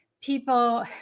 people